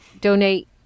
donate